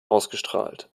ausgestrahlt